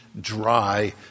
dry